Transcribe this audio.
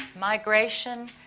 migration